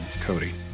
Cody